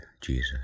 Jesus